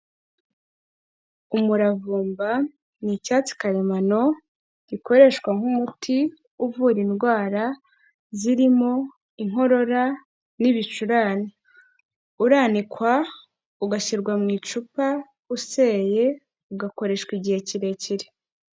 Umuravumba ni icyatsi karemano gikoreshwa nk'umuti uvura indwara, zirimo inkorora n'ibicurane, uranikwa ugashyirwa mu icupa useye ugakoreshwa igihe kirekire.